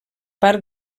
part